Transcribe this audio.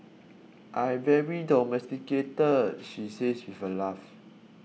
I very domesticated she says with a laugh